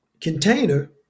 container